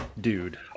dude